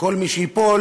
וכל מי שייפול,